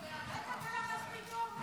ההצעה להעביר את הצעת חוק-יסוד: